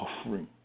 offering